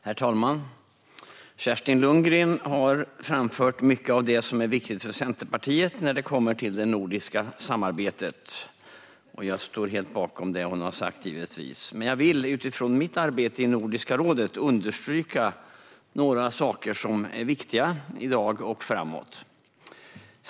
Herr talman! Kerstin Lundgren har framfört mycket av det som är viktigt för Centerpartiet när det kommer till det nordiska samarbetet, och jag står givetvis helt bakom det hon har sagt. Men jag vill utifrån mitt arbete i Nordiska rådet understryka några saker som är viktiga i dag och kommer att vara det framåt i tiden.